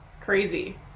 crazy